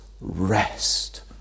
rest